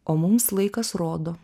o mums laikas rodo